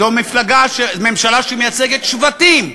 זו ממשלה שמייצגת שבטים,